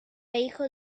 hijo